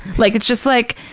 like, it's just like